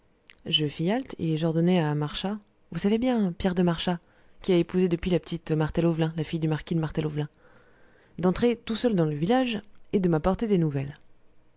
je fis halte et j'ordonnai à marchas vous savez bien pierre de marchas qui a épousé depuis la petite martel auvelin la fille du marquis de martel auvelin d'entrer tout seul dans le village et de m'apporter des nouvelles